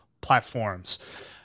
platforms